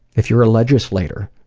if you're a legislator,